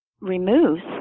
Removes